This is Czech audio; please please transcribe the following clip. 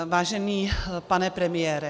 Vážený pane premiére.